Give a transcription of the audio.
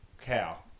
Cow